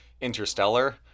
interstellar